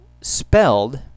spelled